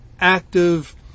active